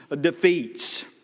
defeats